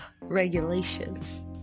Regulations